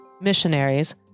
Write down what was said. missionaries